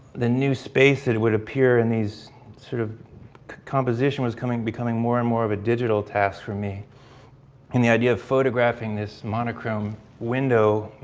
the new space that would appear in these sort of composition was coming becoming more and more of a digital task for me in the idea of photographing this monochrome window,